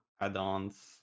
add-ons